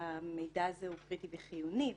המידע הזה הוא קריטי וחיוני להם,